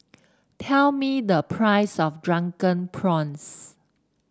tell me the price of Drunken Prawns